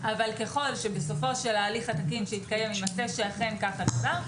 אבל ככל שבסופו של ההליך התקין שיתקיים יימצא שאכן כך הדבר,